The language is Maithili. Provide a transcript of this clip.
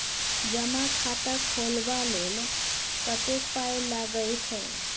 जमा खाता खोलबा लेल कतेक पाय लागय छै